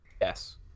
Yes